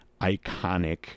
iconic